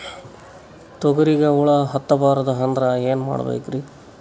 ತೊಗರಿಗ ಹುಳ ಹತ್ತಬಾರದು ಅಂದ್ರ ಏನ್ ಮಾಡಬೇಕ್ರಿ?